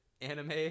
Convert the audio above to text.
Anime